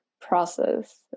process